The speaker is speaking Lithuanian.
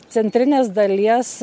centrinės dalies